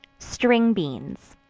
string beans.